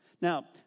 Now